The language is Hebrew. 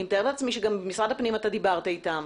אני מתארת לעצמי שגם דיברת עם משרד הפנים.